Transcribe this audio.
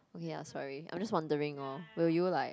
okay lah sorry I'm just wondering lor will you like